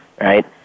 right